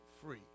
free